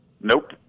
Nope